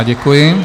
Děkuji.